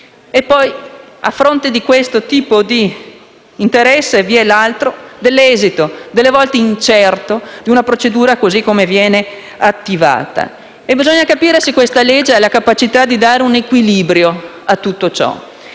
e poi, a fronte di questo tipo di interesse, vi è l'esito a volte incerto di una procedura così come viene attivata. Bisogna quindi capire se questa legge ha la capacità di dare equilibrio a tutto ciò